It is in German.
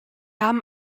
haben